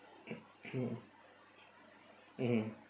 mmhmm